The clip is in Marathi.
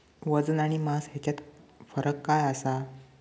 वजन आणि मास हेच्यात फरक काय आसा?